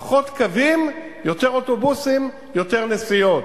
פחות קווים, יותר אוטובוסים, יותר נסיעות,